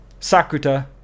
Sakuta